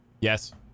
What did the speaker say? Yes